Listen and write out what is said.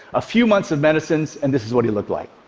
a few months of medicines, and this is what he looked like.